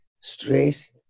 stress